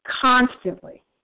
constantly